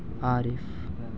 عارف